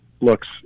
looks